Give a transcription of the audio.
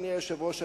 אדוני היושב-ראש,